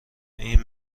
این